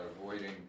avoiding